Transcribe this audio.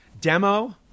Demo